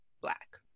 Black